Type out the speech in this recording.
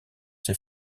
ses